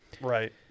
Right